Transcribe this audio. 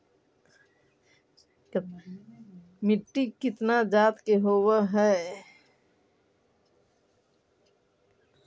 मिट्टी कितना जात के होब हय?